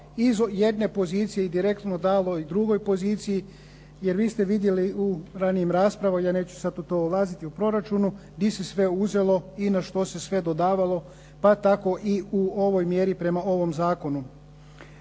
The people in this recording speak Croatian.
iz jedne pozicije i direktno dalo drugoj poziciji. Jer vi ste vidjeli u ranijim raspravama, ja neću sad u to ulaziti, u proračunu di se sve uzelo i na što se sve dodavalo, pa tako i u ovoj mjeri prema ovom zakonu.